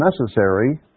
necessary